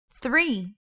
Three